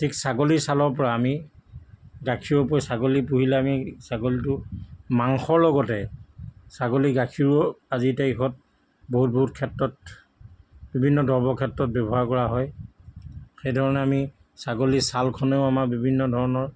ঠিক ছাগলীৰ ছালৰ পৰা আমি গাখীৰ পা ছাগলী পুহিলে আমি ছাগলীটো মাংসৰ লগতে ছাগলীৰ গাখীৰো আজিৰ তাৰিখত বহুত বহুত ক্ষেত্ৰত বিভিন্ন দৰৱৰ ক্ষেত্ৰত ব্যৱহাৰ কৰা হয় সেইধৰণে আমি ছাগলীৰ ছালখনেও আমাৰ বিভিন্ন ধৰণৰ